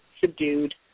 subdued